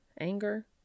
Anger